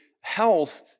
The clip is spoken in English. health